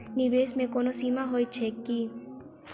निवेश केँ कोनो सीमा होइत छैक की?